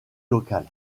locale